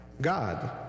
God